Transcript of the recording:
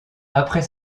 après